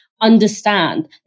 understand